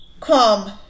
come